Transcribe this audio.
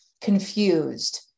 confused